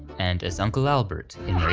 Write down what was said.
and as uncle albert in